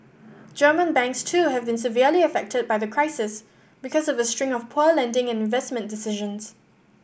German banks too have been severely affected by the crisis because of a string of poor lending and investment decisions